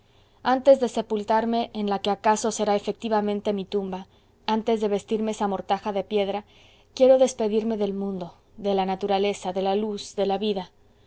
antes de sepultarme en la que acaso será efectivamente mi tumba antes de vestirme esa mortaja de piedra quiero despedirme del mundo de la naturaleza de la luz de la vida